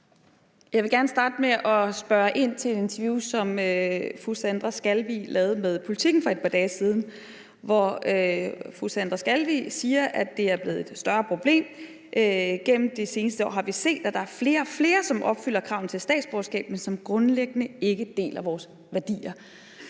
Jeg vil gerne starte med at spørge ind til et interview, som fru Sandra Elisabeth Skalvig lavede med Politiken for et par dage siden, hvor fru Sandra Elisabeth Skalvig siger, at det er blevet et større problem: »... gennem det seneste år har vi set, at der er flere og flere, som opfylder kravene til statsborgerskab, men som grundlæggende ikke deler vores værdier.«